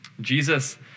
Jesus